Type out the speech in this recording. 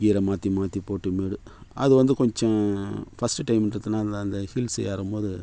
கீயரை மாற்றி மாற்றி போட்டு மேடு அது வந்து கொஞ்சம் ஃபஸ்ட் டைம்ங்றதுனால அந்த ஹில்ஸ் ஏறும்போது